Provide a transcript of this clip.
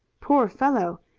poor fellow!